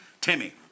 Timmy